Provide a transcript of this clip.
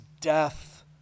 death